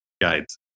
guides